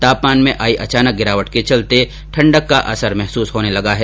तापमान में अचानक आई गिरावट के चलते एकदम ठंडक का असर महसूस होने लगा है